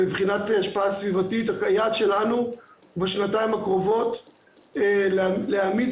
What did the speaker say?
מבחינת ההשפעה הסביבתית היעד שלנו בשנתיים הקרובות הוא להעמיד